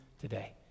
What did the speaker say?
today